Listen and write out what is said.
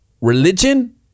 religion